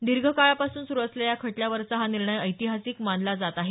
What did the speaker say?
दीर्घकाळापासून सुरू असलेल्या या खटल्यावरचा हा निर्णय ऐतिहासिक मानला जात आहे